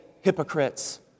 hypocrites